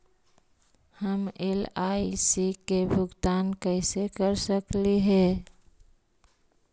हम एल.आई.सी के भुगतान कैसे कर सकली हे?